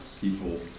people